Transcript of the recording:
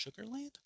Sugarland